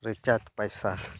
recharge ᱯᱚᱭᱥᱟ